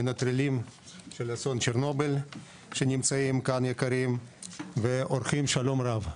מנטרלים יקרים של אסון צ'רנוביל שנמצאים כאן ולכל האורחים שלום רב,